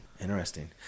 Interesting